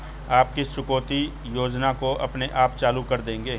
आप किस चुकौती योजना को अपने आप चालू कर देंगे?